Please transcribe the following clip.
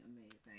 amazing